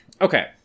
okay